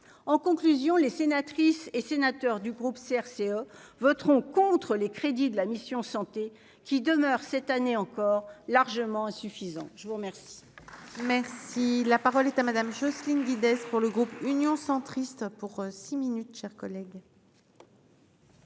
en conclusion les sénatrices et sénateurs du groupe CRCE voteront contre les crédits de la mission Santé qui demeure cette année encore largement insuffisant, je vous remercie.